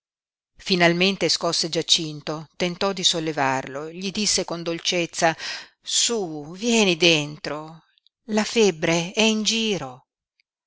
finalmente scosse giacinto tentò di sollevarlo gli disse con dolcezza su vieni dentro la febbre è in giro